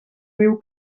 riu